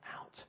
out